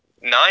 nine